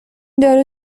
داره